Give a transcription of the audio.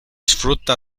sfrutta